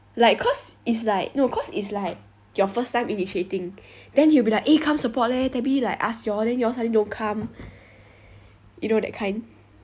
like cause it's like no cause it's like your first time initiating then he will be like eh come support leh tabby like ask you all then you all suddenly don't come you know that kind